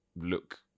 look